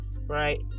right